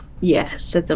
yes